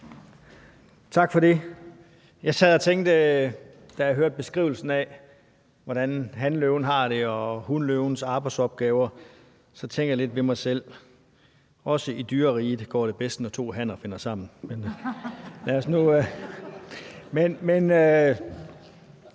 Tak for det. Da jeg hørte beskrivelsen af, hvordan hanløven har det, og af hunløvens arbejdsopgaver, sad jeg og tænkte lidt ved mig selv: Også i dyreriget går det bedst, når to hanner finder sammen. (Munterhed). Men